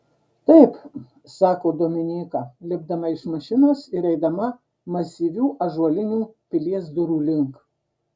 taip sako dominyka lipdama iš mašinos ir eidama masyvių ąžuolinių pilies durų link